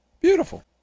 Beautiful